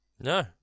No